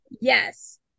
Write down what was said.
yes